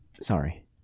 Sorry